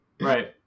Right